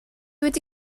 wedi